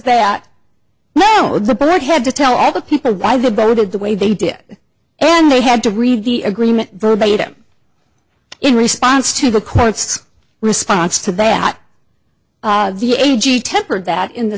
now the bullet had to tell all the people why they voted the way they did and they had to read the agreement verbal you jim in response to the court's response to that the a g tempered that in the